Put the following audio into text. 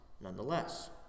nonetheless